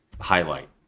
highlight